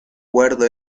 guardo